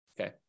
Okay